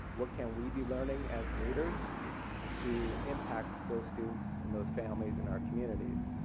what can we be learning as leaders to impact those students and those families in our communities.